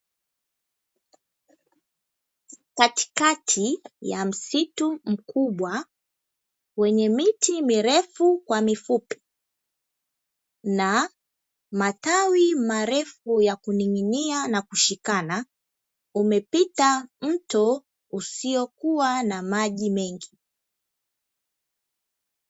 Katikati ya msitu mkubwa wenye miti mirefu kwa mifupi, na matawi marefu ya kuning'inia na kushikana, umepita mto usiokuwa na maji mengi.